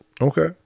Okay